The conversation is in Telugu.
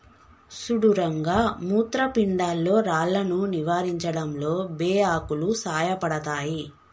సుడు రంగ మూత్రపిండాల్లో రాళ్లను నివారించడంలో బే ఆకులు సాయపడతాయి